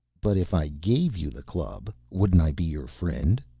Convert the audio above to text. but if i gave you the club wouldn't i be your friend?